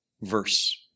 verse